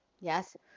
yes